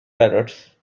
parrots